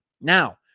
Now